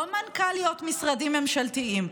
לא מנכ"ליות משרדים ממשלתיים,